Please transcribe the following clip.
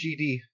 GD